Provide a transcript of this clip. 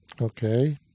Okay